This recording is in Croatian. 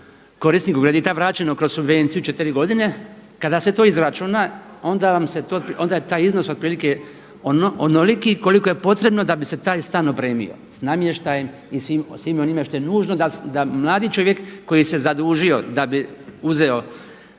korisniku kredita vraćeno kroz subvenciju četiri godine, kada se to izračuna onda je taj iznos otprilike onoliki koliko je potrebno da bi se taj stan opremio s namještajem i svim onim što je nužno da mladi čovjek koji se zadužio da bi uzeo